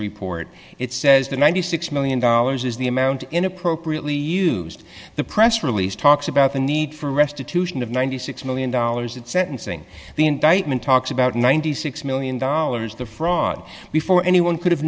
report it says that ninety six million dollars is the amount in appropriately used the press release talks about the need for restitution of ninety six million dollars at sentencing the indictment talks about ninety six million dollars the frog before anyone could have